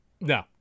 No